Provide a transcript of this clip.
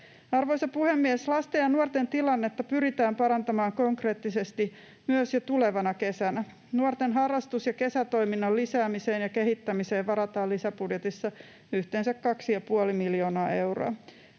Arvoisa puhemies! Lasten ja nuorten tilannetta pyritään parantamaan konkreettisesti myös jo tulevana kesänä. Nuorten harrastus‑ ja kesätoiminnan lisäämiseen ja kehittämiseen varataan lisäbudjetissa yhteensä 2,5 miljoonaa euroa.